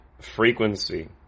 frequency